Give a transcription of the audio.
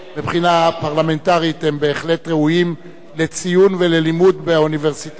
מבחינה פרלמנטרית הן בהחלט ראויות לציון וללימוד באוניברסיטאות.